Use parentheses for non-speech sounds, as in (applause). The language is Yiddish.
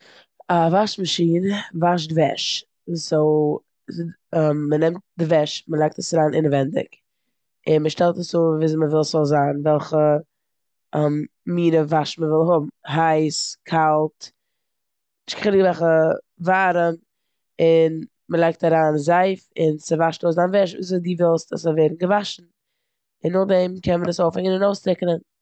א וואש מאשין וואשט וועש. סאו ס'ד- (hesitation) מ'נעמט די וועש, מ'לייגט עס אריין אינעווענדיג און מ'שטעלט עס אן וויאזוי מ'וויל ס'זאל זיין, וועלכע (hesitation) מינע וואש מ'וויל האבן. הייס, קאלט, נישט קיין חילוק וועלכע- ווארעם און מ'לייגט אריין זייף און ס'וואשט אויס דיין וועש וויאזוי די ווילסט ס'זאל ווערן געוואשן און נאכדעם קען מען עס אויפהענגען און אויסטרוקענען.